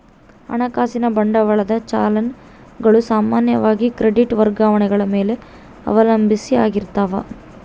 ಹಣಕಾಸಿನ ಬಂಡವಾಳದ ಚಲನ್ ಗಳು ಸಾಮಾನ್ಯವಾಗಿ ಕ್ರೆಡಿಟ್ ವರ್ಗಾವಣೆಗಳ ಮೇಲೆ ಅವಲಂಬಿತ ಆಗಿರ್ತಾವ